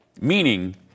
meaning